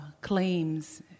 claims